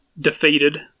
defeated